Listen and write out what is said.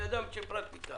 אני אדם של פרקטיקה.